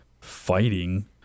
fighting